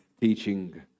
teaching